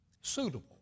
Suitable